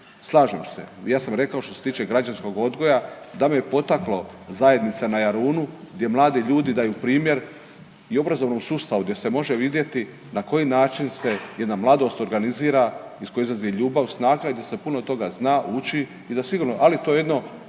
Slažem se, ja sam rekao što se tiče građanskog odgoja da me je potaklo zajednica na Jarunu gdje mladi ljudi daju primjer i obrazovnom sustavu gdje se može vidjeti na koji način se jedna mladost organizira iz koje izlazi ljubav, snaga i da se puno toga zna, uči i da sigurno, ali to jedno